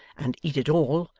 and eat it all,